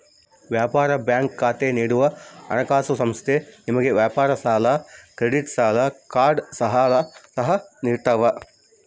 ವ್ಯಾಪಾರ ಬ್ಯಾಂಕ್ ಖಾತೆ ನೀಡುವ ಹಣಕಾಸುಸಂಸ್ಥೆ ನಿಮಗೆ ವ್ಯಾಪಾರ ಸಾಲ ಕ್ರೆಡಿಟ್ ಸಾಲ ಕಾರ್ಡ್ ಸಹ ನಿಡ್ತವ